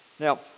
Now